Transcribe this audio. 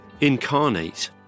incarnate